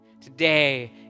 Today